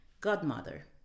Godmother